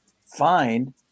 find